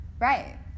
Right